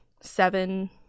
seven